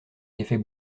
d’effet